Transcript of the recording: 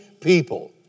people